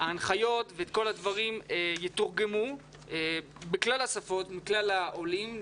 ההנחיות יתורגמו לכלל השפות ולכלל העולים.